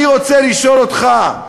אני רוצה לשאול אותך,